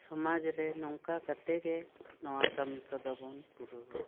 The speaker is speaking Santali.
ᱥᱚᱢᱟᱡ ᱨᱮ ᱱᱚᱝᱠᱟ ᱠᱟᱛᱮᱜᱮ ᱱᱚᱣᱟ ᱠᱟᱹᱢᱤ ᱠᱚᱫᱚ ᱵᱳᱱ ᱯᱩᱨᱟᱹᱣᱼᱟ